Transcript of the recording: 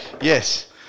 Yes